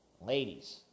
Ladies